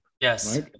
Yes